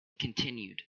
continued